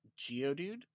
Geodude